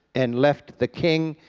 and left the king,